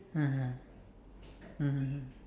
(uh huh) mmhmm